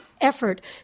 effort